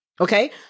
Okay